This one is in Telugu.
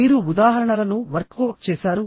మీరు ఉదాహరణలను వర్క్ ఔట్ చేశారు